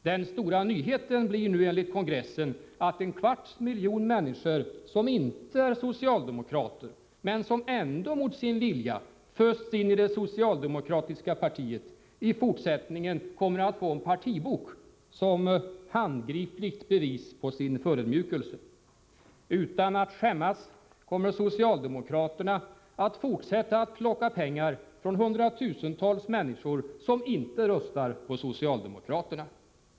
Den stora nyheten blir nu, enligt kongressen, att en kvarts miljon människor som inte är socialdemokrater men som ändå mot sin vilja fösts in i det socialdemokratiska partiet i fortsättningen kommer att få en partibok som handgripligt bevis på sin förödmjukelse. Utan att skämmas kommer socialdemokraterna att fortsätta att plocka pengar från hundratusentals människor som inte röstar på socialdemokraterna.